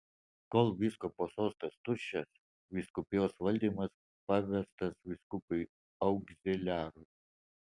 kol vyskupo sostas tuščias vyskupijos valdymas pavestas vyskupui augziliarui